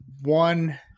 one